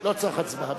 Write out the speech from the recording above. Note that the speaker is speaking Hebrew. לא צריך הצבעה.